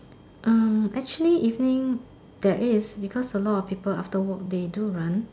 hmm actually evening there is because a lot of people after work they do run